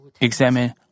examine